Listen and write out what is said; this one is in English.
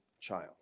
child